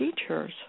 teachers